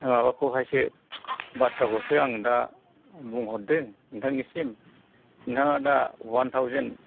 माबाखौहायसो बार्ताखौसो आं दा बुंहरदों नोंथांनिसिम नोंथाङा दा वान थावजेन्द